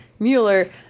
Mueller